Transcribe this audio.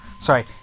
Sorry